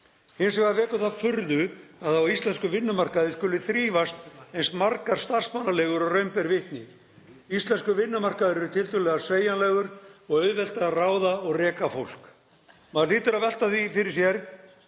Hins vegar vekur það furðu að á íslenskum vinnumarkaði skuli þrífast eins margar starfsmannaleigur og raun ber vitni. Íslenskur vinnumarkaður eru tiltölulega sveigjanlegur og auðvelt að ráða og reka fólk. Maður hlýtur að velta fyrir sér